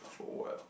for what